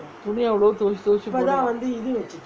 துணி எவ்ளோ தோய்ச்சு தோய்ச்சு போடலாம்:thuni evlo thoichu thoichu podalaam